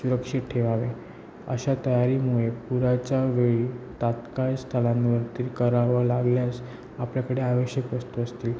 सुरक्षित ठेवावे अशा तयारीमुळे पुराच्या वेळी तात्काळ स्थलांवरती करावं लागल्यास आपल्याकडे आवश्यक वस्तू असतील